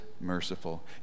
merciful